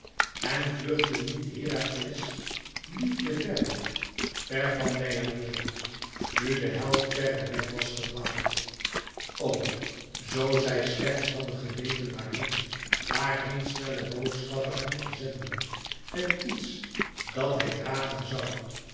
en vluchtte niet herakles liefde verre ver van deianeira nu de held verre weg was gedwaald o zoo zij slechts hadde geweten waarheen waarheen snellen boodschapper hem te zenden met iets dat hij dragen zoû